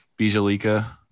Bijalika